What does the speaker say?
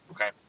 okay